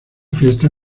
fiesta